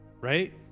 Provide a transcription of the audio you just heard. right